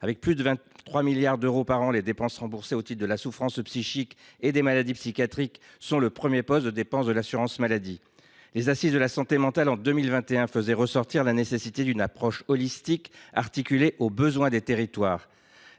Avec plus de 23 milliards d’euros annuels, les dépenses remboursées au titre de la souffrance psychique et des maladies psychiatriques représentent le premier poste budgétaire de l’assurance maladie. En 2021, les Assises de la santé mentale et de la psychiatrie ont souligné la nécessité d’une approche holistique, articulée aux besoins des territoires.